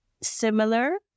similar